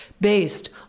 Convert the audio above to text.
based